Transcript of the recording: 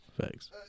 thanks